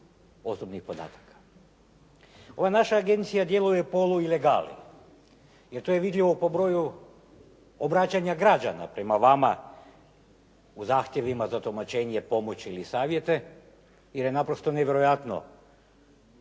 Ova naša agencija djeluje poluilegali, jer to je vidljivo po broju obraćanja građana prema vama u zahtjevima za tumačenje pomoći ili savjete, jer je naprosto nevjerojatno